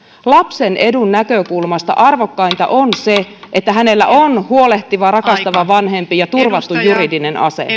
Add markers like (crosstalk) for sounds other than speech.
lapsen edun näkökulmasta arvokkainta on se että hänellä on huolehtiva rakastava vanhempi ja turvattu juridinen asema (unintelligible)